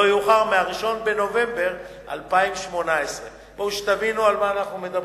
יאוחר מ-1 בנובמבר 2018. שתבינו על מה אנחנו מדברים,